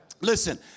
Listen